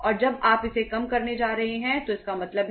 तो क्या हो रहा है